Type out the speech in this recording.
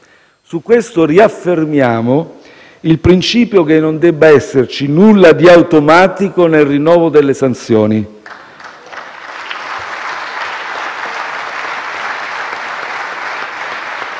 Su questo riaffermiamo il principio per cui non deve esserci nulla di automatico nel rinnovo delle sanzioni.